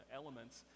elements